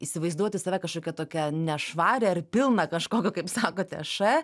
įsivaizduoti save kažkokia tokia nešvarią ir pilną kažkokio kaip sakote š